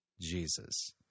Jesus